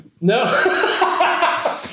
No